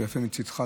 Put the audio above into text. ויפה מצידך,